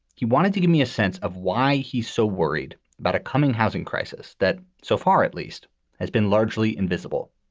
he wanted to give me a sense of why he's so worried about a coming housing crisis that so far at least has been largely invisible.